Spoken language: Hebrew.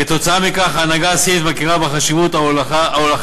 כתוצאה מכך ההנהגה הסינית מכירה בחשיבות ההולכת